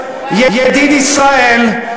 ידיד ישראל,